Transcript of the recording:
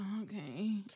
Okay